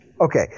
Okay